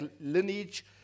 lineage